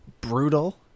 brutal